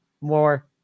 more